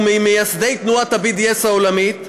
הוא ממייסדי תנועת ה-BDS העולמית.